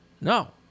No